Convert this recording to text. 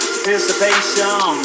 Anticipation